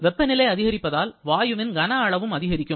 வெப்பநிலை அதிகரிப்பதால் வாயுவின் கன அளவும் அதிகரிக்கும்